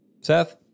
Seth